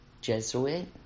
Jesuit